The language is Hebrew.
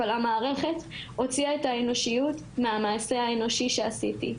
אבל המערכת הוציאה את האנושיות מהמעשה האנושי שעשיתי.